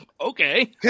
okay